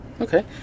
Okay